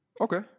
Okay